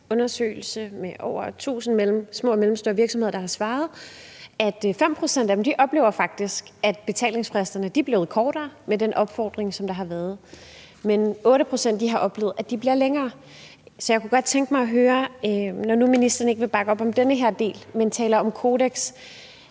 undersøgelse, hvor over tusind små og mellemstore virksomheder har svaret, og 5 pct. af dem oplever faktisk, at betalingsfristerne er blevet kortere efter den opfordring, der er blevet givet, men 8 pct. har oplevet, at de er blevet længere. Jeg kunne godt tænke mig høre, når nu ministeren ikke vil bakke op om den her del, men taler om et